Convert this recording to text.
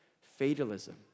fatalism